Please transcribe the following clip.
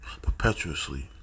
Perpetuously